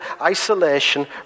isolation